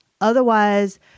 Otherwise